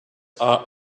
are